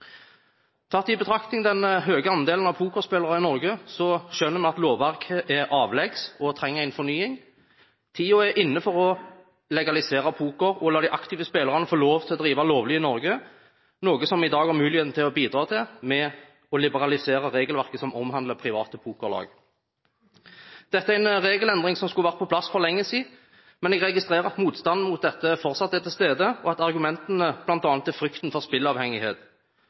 Tatt i betraktning den høye andelen av pokerspillere i Norge skjønner man at lovverket er avleggs og trenger fornying. Tiden er inne for å legalisere poker og la de aktive spillerne få lov til å drive lovlig i Norge, noe som vi i dag har muligheten til å bidra til ved å liberalisere regelverket som omhandler private pokerlag. Dette er en regelendring som skulle vært på plass for lenge siden, men jeg registrerer at motstanden mot dette fortsatt er til stede, og at argumentene bl.a. er frykten for